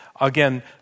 Again